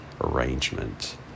arrangement